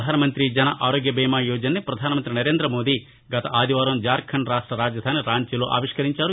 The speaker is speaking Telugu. ప్రధాన మంత్రి జన ఆరోగ్యబీమాయోజనను ప్రధాన మంత్రి నరేంద్రమోది గత ఆదివారం జార్ణండ్ రాష్టరాజధాని రాంచిలో అవిష్కరించారు